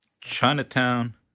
Chinatown